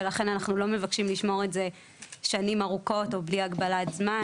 ולכן אנחנו לא מבקשים לשמור את זה שנים ארוכות או בלי הגבלת זמן,